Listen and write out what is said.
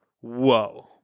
Whoa